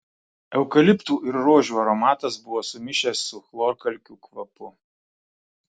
eukaliptų ir rožių aromatas buvo sumišęs su chlorkalkių kvapu